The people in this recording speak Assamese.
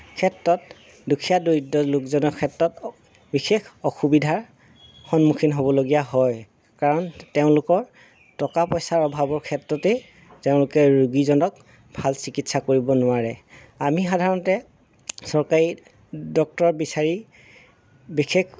ক্ষেত্ৰত দুখীয়া দৰিদ্ৰ লোকজনৰ ক্ষেত্ৰত বিশেষ অসুবিধাৰ সন্মুখীন হ'বলগীয়া হয় কাৰণ তেওঁলোকৰ টকা পইচাৰ অভাৱৰ ক্ষেত্ৰতেই তেওঁলোকে ৰোগীজনক ভাল চিকিৎসা কৰিব নোৱাৰে আমি সাধাৰণতে চৰকাৰী ডক্টৰ বিচাৰি বিশেষ